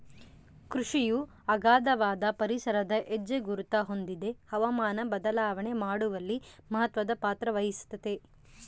ಕೃಷಿಯು ಅಗಾಧವಾದ ಪರಿಸರದ ಹೆಜ್ಜೆಗುರುತ ಹೊಂದಿದೆ ಹವಾಮಾನ ಬದಲಾವಣೆ ಮಾಡುವಲ್ಲಿ ಮಹತ್ವದ ಪಾತ್ರವಹಿಸೆತೆ